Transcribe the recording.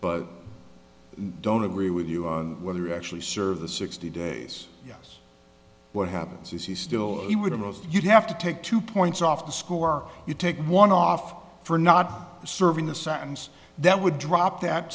but don't agree with you whether actually serve the sixty days yes what happens is he still he would roast you'd have to take two points off the score you take one off for not serving the sentence that would drop that